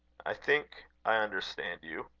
i think i understand you.